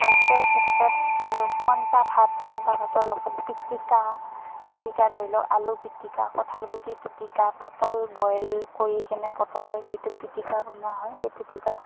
খাদ্যৰ ক্ষেত্ৰত আৰু পন্তা ভাত পন্তা ভাতৰ লগত পিটিকা পিটিকা ধৰি লওঁক আলু পিটিকা কঁঠালগুটি পিটিকা পটল বইল কৰি কেনে পটলৰে যিটো পিটিকা বনোৱা হয় সেই পিটিকা